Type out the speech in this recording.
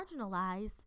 marginalized